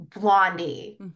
Blondie